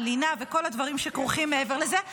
הלינה וכל הדברים שכרוכים מעבר לזה.